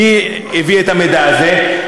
מי הביא את המידע הזה,